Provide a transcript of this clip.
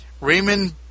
Raymond